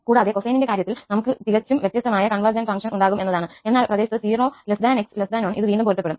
കൂടാതെ കൊസൈനിന്റെ കാര്യത്തിൽ നമുക്ക് തികച്ചും ദിഫ്ഫെരെന്റ്റ് കോൺവെർജിന്റ ഫങ്ക്ഷന് ഉണ്ടാകും എന്നതാണ് എന്നാൽ പ്രദേശത്ത് 0 𝑥 1 ഇത് വീണ്ടും പൊരുത്തപ്പെടും